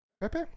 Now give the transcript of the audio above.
Pepe